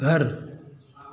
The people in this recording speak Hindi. घर